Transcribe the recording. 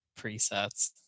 presets